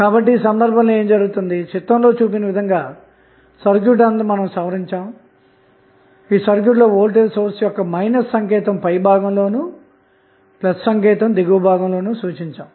కాబట్టి ఈ సందర్భంలో ఏమి జరుగుతుంది చిత్రంలో చూపిన విధంగా సర్క్యూట్ సవరించబడుతుంది ఈ సర్క్యూట్ లో వోల్టేజ్ సోర్స్ యొక్క మైనస్ సంకేతం పైభాగం లోను ప్లస్ సంకేతం దిగువ భాగం లోనూ సూచించాము